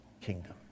kingdom